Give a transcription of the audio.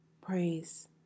praise